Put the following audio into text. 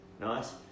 nice